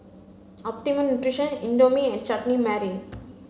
Optimum Nutrition Indomie and Chutney Mary